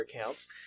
accounts